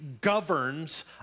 governs